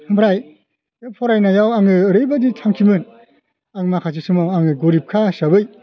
ओमफ्राय बे फरायनायाव आङो ओरैबायदि थांखिमोन आं माखासे समाव आङो गरिबखा हिसाबै